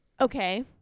Okay